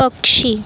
पक्षी